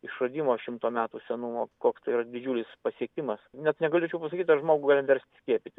išradimo šimto metų senumo koks tai yra didžiulis pasiekimas net negalėčiau pasakyt ar žmogų galim verst skiepyti